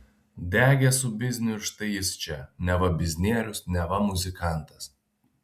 degė su bizniu ir štai jis čia neva biznierius neva muzikantas